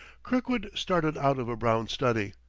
kirkwood started out of a brown study.